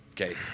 Okay